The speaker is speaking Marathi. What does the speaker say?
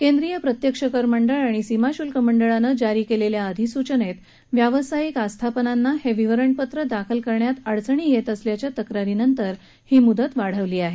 केंद्रीय प्रत्यक्ष कर मंडळ आणि सीमा शुल्क मंडळानं जारी केलेल्या अधिसूचनेत व्यावसायिक प्रतिष्ठानांना हे विवरणपत्र दाखल करण्यात अडचणी येत असल्याच्या तक्रारी नंतर ही मुदत वाढवून देण्यात आली आहे